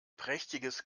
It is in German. prächtiges